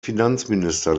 finanzminister